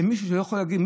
למי שלא יכול להבין,